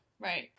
Right